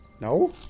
No